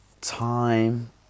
time